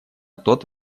тот